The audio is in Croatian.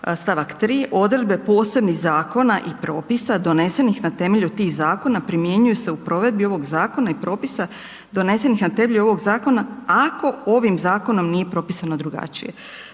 stavak 3. odredbe posebnih zakona i propisa donesenih na temelju tih zakona primjenjuju se u provedbi ovog zakona i provedbi donesenih na temelju ovog zakona ako ovim zakonom nije propisano drugačije.